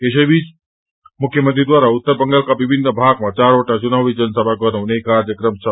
यसैबीच मृख्य मंत्रीद्वारा उत्तर बंगालका विभिन्न भागमा चारवटा चुनावी जनसभा गर्नुहुने कार्यक्रम छ